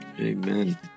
Amen